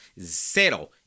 zero